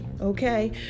okay